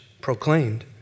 proclaimed